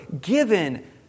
given